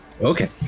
Okay